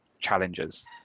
challengers